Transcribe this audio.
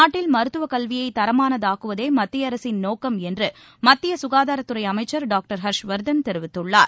நாட்டில் மருத்துவக் கல்வியை தரமானதாக்குவதே மத்திய அரசின் நோக்கம் என்று மத்திய சுகாதாரத்துறை அமைச்சர் டாக்டர் ஹர்ஷ்வர்தன் தெரிவித்துள்ளார்